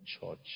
church